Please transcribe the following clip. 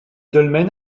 dolmen